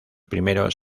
primeros